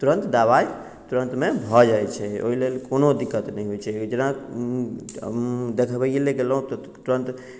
तुरन्त दबाइ तुरन्तमे भऽ जाइत छै ओहि लेल कोनो दिक्कत नहि होइत छै जेना देखबैए लेल गेलहुँ तुरन्त